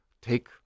Take